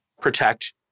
protect